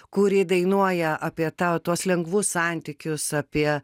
kuri dainuoja apie tą tuos lengvus santykius apie